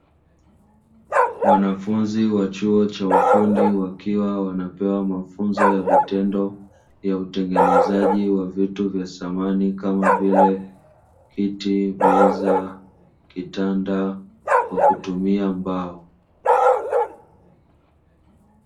Wanafunzi wa chuo cha ufundi wakiwa wanapewa mafunzo ya vitendo ya utengenezaji wa vitu vya samani kama vile: kiti, meza, kitanda kwa kutumia mbao.